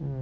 mm